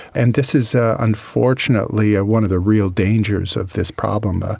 and this is ah unfortunately ah one of the real dangers of this problem. ah